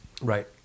right